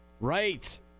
Right